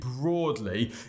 broadly